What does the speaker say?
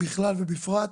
בכלל ובפרט,